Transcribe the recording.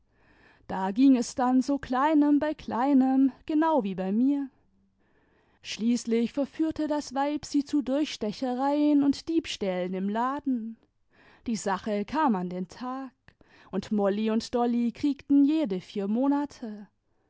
da ging es dann so kleinem bei kleinem genau wie bei mir schließlich verführte das weib sie zu durchstechereien und diebstählen im laden die sache kam an den tag imd mouy und dolly kriegten jede vier monate